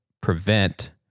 prevent